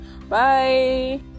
bye